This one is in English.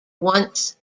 once